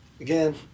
again